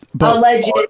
Alleged